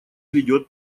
ведет